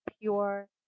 pure